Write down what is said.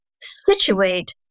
situate